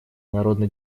народно